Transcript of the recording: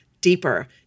deeper